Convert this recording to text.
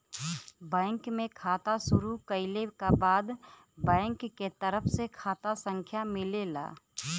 bank में खाता शुरू कइले क बाद बैंक के तरफ से खाता संख्या मिलेला